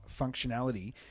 functionality